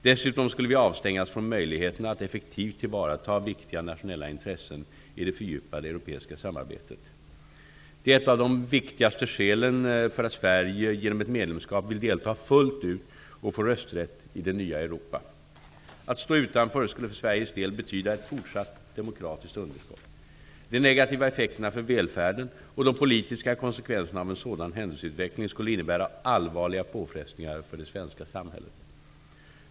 Dessutom skulle vi avstängas från möjligheterna att effektivt tillvarata viktiga nationella intressen i det fördjupade europeiska samarbetet. Det är ett av de viktigste skälen för att Sverige, genom ett medlemskap, vill delta fullt ut och få rösträtt i det nya Europa. Att stå utanför skulle för Sveriges del betyda ett fortsatt demokratiskt underskott. De negativa effekterna för välfärden och de politiska konsekvenserna av en sådan händelseutveckling skulle innebära allvarliga påfrestningar för det svenska samhället.